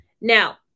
Now